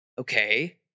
okay